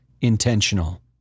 intentional